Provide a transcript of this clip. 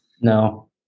No